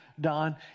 Don